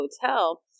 hotel